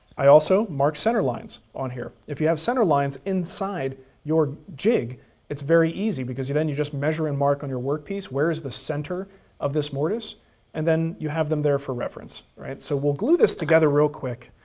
i also mark center lines on here. if you have center lines inside your jig it's very easy because then you just measure and mark on your workpiece where is the center of this mortise and then you have them there for reference, right? so we'll glue this together real quick.